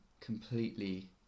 completely